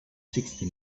sixty